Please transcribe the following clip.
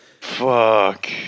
fuck